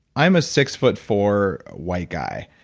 i'm a six foot four, white guy.